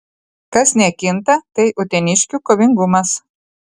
kas nekinta tai uteniškių kovingumas